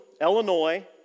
Illinois